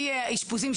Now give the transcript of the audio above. מאשפוזים,